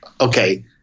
Okay